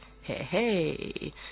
hey